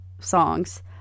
songs